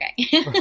okay